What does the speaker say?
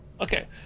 Okay